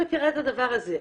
אני לא מכירה את הדבר הזה.